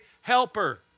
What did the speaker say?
helper